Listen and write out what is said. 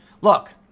Look